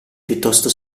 piuttosto